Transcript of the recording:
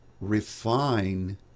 refine